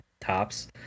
tops